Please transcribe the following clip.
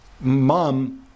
Mom